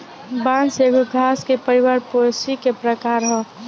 बांस एगो घास के परिवार पोएसी के प्रकार ह